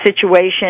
situation